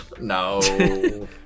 No